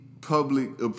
public